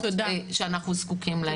למקומות שאנחנו זקוקים להם.